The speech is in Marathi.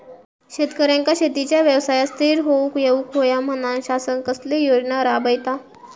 शेतकऱ्यांका शेतीच्या व्यवसायात स्थिर होवुक येऊक होया म्हणान शासन कसले योजना राबयता?